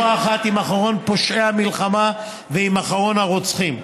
האחרון בפושעי המלחמה ועם אחרון הרוצחים",